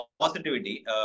positivity